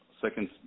Second